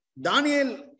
Daniel